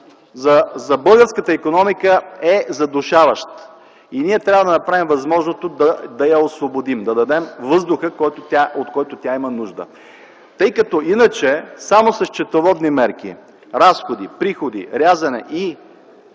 за българската икономика е задушаващ. Ние трябва да направим възможното да я освободим, да й дадем въздуха, от който има нужда. Иначе, само със счетоводни мерки – разходи, приходи, рязане и